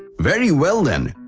very well then,